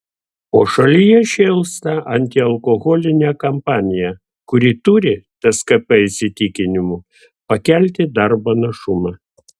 o šalyje šėlsta antialkoholinė kampanija kuri turi tskp įsitikinimu pakelti darbo našumą